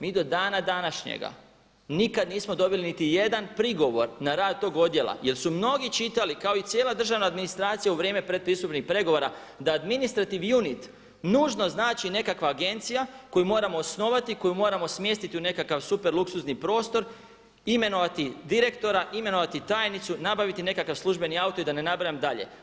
Mi do dana današnjega nikada nismo dobili niti jedan prigovor na rad tog odjela jer su mnogi čitali, kao i cijela državna administracija u vrijeme pretpristupnih pregovora, da administrative unite, nužno znači nekakva agencija koju moramo osnovati, koju moramo smjestiti u nekakav super luksuzni prostor, imenovati direktora, imenovati tajnicu, nabaviti nekakav službeni auto i da ne nabrajam dalje.